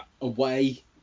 away